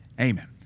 Amen